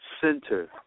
Center